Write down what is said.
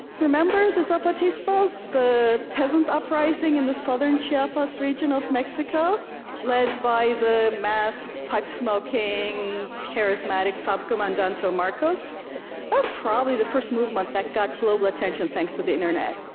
remember the zapatistas, the peasant uprising in the southern chiapas region of mexico led by the masked, pipe-smoking, charismatic subcomandante marcos? that was probably the first movement that got global attention thanks to the internet.